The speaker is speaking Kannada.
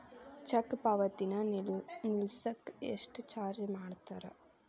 ಚೆಕ್ ಪಾವತಿನ ನಿಲ್ಸಕ ಎಷ್ಟ ಚಾರ್ಜ್ ಮಾಡ್ತಾರಾ